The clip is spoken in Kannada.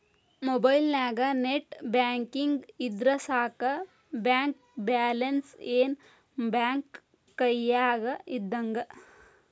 ಮೊಬೈಲ್ನ್ಯಾಗ ನೆಟ್ ಬ್ಯಾಂಕಿಂಗ್ ಇದ್ರ ಸಾಕ ಬ್ಯಾಂಕ ಬ್ಯಾಲೆನ್ಸ್ ಏನ್ ಬ್ಯಾಂಕ ಕೈಯ್ಯಾಗ ಇದ್ದಂಗ